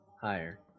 Higher